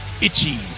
itchy